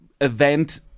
event